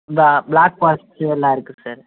இந்த black forest எல்லாம் இருக்குது சார்